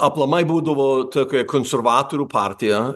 aplamai būdavo tokia konservatorių partija